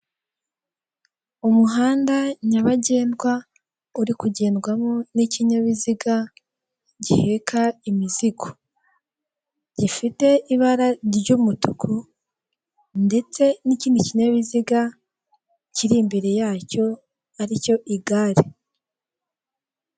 Umuhanda nyabagendwa uri kugendwamo n'ikinyabiziga giheka imizigo, gifite ibara ry'umutuku ndetse n'ikindi kinyabiziga kiri imbere yacyo aricyo igare.